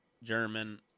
German